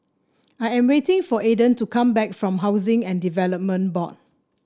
I am waiting for Aiden to come back from Housing and Development Board